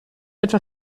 etwa